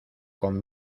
con